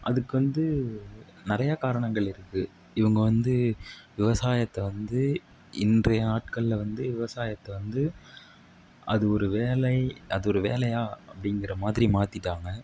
அதுக்கு வந்து நிறையா காரணங்கள் இருக்குது இவங்க வந்து விவசாயத்தை வந்து இன்றைய ஆட்கள் வந்து விவசாயத்தை வந்து அது ஒரு வேலை அது ஒரு வேலையா அப்படிங்கிற மாதிரி மாற்றிட்டாங்க